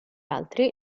altri